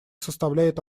составляет